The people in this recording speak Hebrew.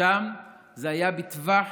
ושם זה היה בטווח